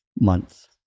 months